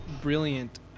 brilliant